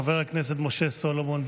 חבר הכנסת משה סולומון,